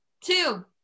two